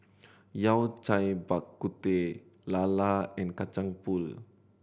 Yao Cai Bak Kut Teh lala and Kacang Pool